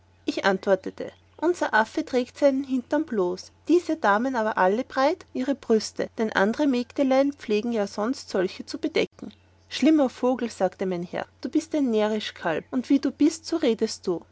ich antwortete unser affe trägt seinen hindern bloß diese damen aber allbereit ihre brüste dann andere mägdlein pflegten ja sonst solche zu bedecken schlimmer vogel sagte mein herr du bist ein närrisch kalb und wie du bist so redest du